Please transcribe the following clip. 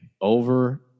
Over